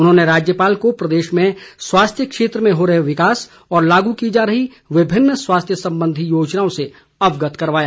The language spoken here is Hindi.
उन्होंने राज्यपाल को प्रदेश में स्वास्थ्य क्षेत्र में हो रहे विकास और लागू की जा रही विभिन्न स्वास्थ्य संबंधी योजनाओं से अवगत कराया